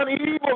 evil